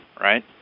Right